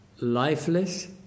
lifeless